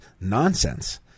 nonsense